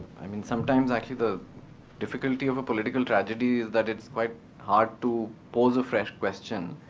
i mean, sometimes actually the difficulty of a political tragedy is that it's quite hard to pose a fresh question.